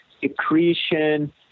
secretion